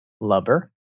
lover